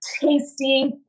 tasty